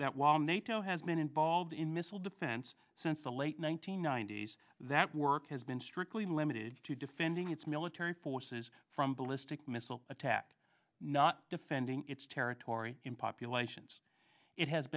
that while nato has been involved in missile defense since the late one nine hundred ninety s that work has been strictly limited to defending its military forces from ballistic missile attack not defending its territory in populations it has